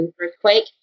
earthquake